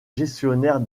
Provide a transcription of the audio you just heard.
gestionnaire